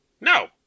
No